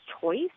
choice